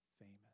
famous